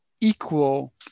equal